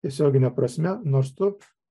tiesiogine prasme nors tu